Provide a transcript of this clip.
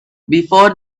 before